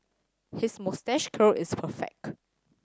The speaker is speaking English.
his moustache curl is perfect